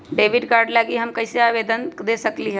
Debit card लागी हम कईसे ऑनलाइन आवेदन दे सकलि ह?